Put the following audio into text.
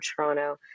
Toronto